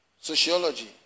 Sociology